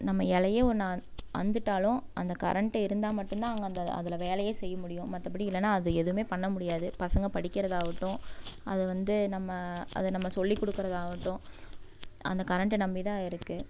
நம்ம எழையே ஒன்று அறுந்துட்டாலும் அந்த கரண்ட்டு இருந்தால் மட்டும்தான் அவங்க அந்த அதில் வேலையே செய்யமுடியும் மற்றபடி இல்லைனா அதில் எதுவுமே பண்ணமுடியாது பசங்கள் படிக்கிறதாகட்டும் அது வந்து நம்ம அதை நம்ம சொல்லி கொடுக்குறதாவட்டும் அந்த கரண்டை நம்பிதான் இருக்குது